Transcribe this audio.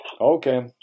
Okay